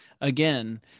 again